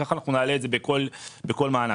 כך נעלה את זה בכל מענק.